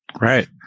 Right